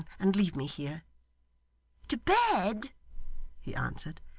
and leave me here to bed he answered.